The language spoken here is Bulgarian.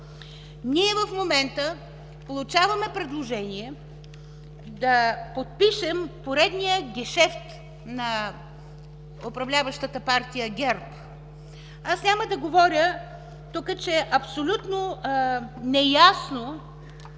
ние в момента получаваме предложение да подпишем поредния гешефт на управляващата партия ГЕРБ. Аз няма да говоря тук, че абсолютно неясни